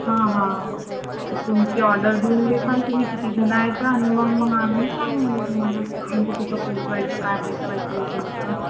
हां हां तर तुमची ऑर्डर देऊन देसान तुम्ही कितीजण आहे तर मग मग आम्ही सांगून देऊ तुम्हाला आणखी कुठं पोहोचवायचं काय पोहोचवायचं वगैरे तर